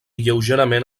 lleugerament